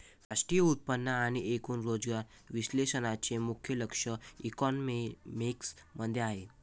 राष्ट्रीय उत्पन्न आणि एकूण रोजगार विश्लेषणाचे मुख्य लक्ष मॅक्रोइकॉनॉमिक्स मध्ये आहे